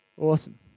Awesome